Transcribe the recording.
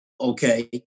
okay